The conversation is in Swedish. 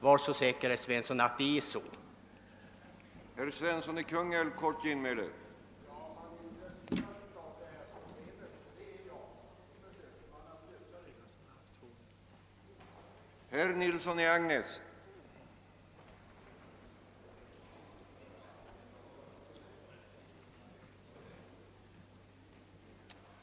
Var så säker, herr Svensson, att det förhåller sig så.